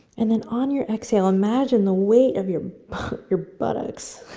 and then on your exhale, imagine the weight of your your buttocks,